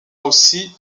aussi